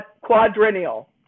Quadrennial